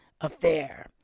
affair